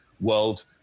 world